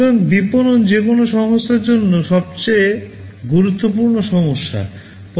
সুতরাং বিপণন যে কোনও সংস্থার জন্য সবচেয়ে গুরুত্বপূর্ণ সমস্যা